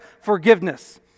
forgiveness